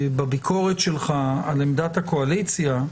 בביקורת שלך על עמדת הקואליציה,